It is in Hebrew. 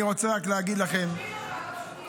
אני רוצה להגיד לכם --- לא שומעים אותך,